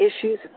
issues